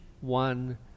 one